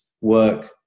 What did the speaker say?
work